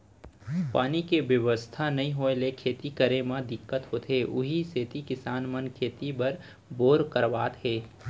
पानी के बेवस्था नइ होय ले खेती करे म दिक्कत होथे उही सेती किसान मन खेती बर बोर करवात हे